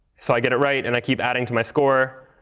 so i get it right, and i keep adding to my score.